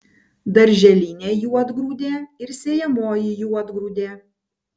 darželinė juodgrūdė ir sėjamoji juodgrūdė